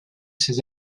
ses